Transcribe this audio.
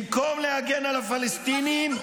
במקום להגן על הפלסטינים,